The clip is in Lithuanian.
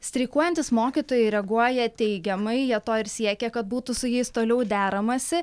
streikuojantys mokytojai reaguoja teigiamai jie to ir siekė kad būtų su jais toliau deramasi